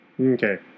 Okay